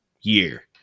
year